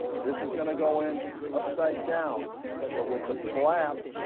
this is going to go in upside-down but with the flap